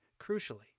Crucially